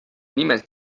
nimed